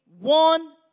one